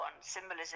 symbolism